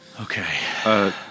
Okay